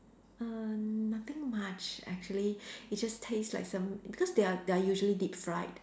uh nothing much actually it just taste like some because they are they are usually deep fried